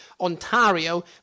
Ontario